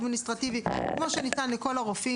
הדרך שבה עובדים העניינים היום זה שהרופא